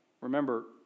Remember